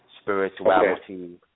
spirituality